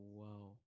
wow